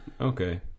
Okay